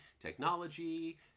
technology